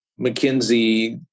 McKinsey